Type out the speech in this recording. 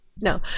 No